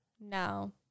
No